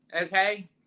okay